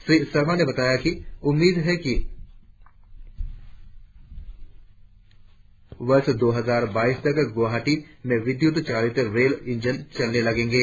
श्री शर्मा ने बताया कि उम्मीद है कि वर्ष दो हजार बाइस तक गुवाहाटी में विद्युत चालित रेल इंजन चलने लगेंगे